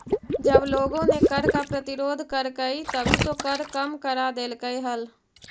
जब लोगों ने कर का प्रतिरोध करकई तभी तो कर कम करा देलकइ हल